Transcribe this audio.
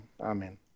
amen